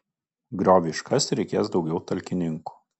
grioviui iškasti reikės daugiau talkininkų